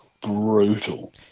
brutal